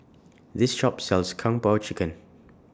This Shop sells Kung Po Chicken